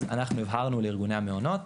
אז אנחנו הבהרנו לארגוני המעונות,